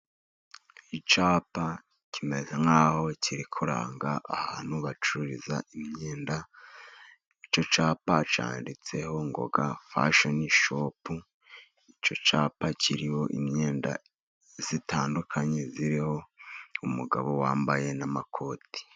Icyapa kimeze nk'aho kiri kuranga ahantu bacururiza imyenda, icyo cyapa cyanditseho Ngoga fashoni shopu. icyo cyapa kiriho imyenda itandukanye, iriho umugabo wambaye n'amakoti.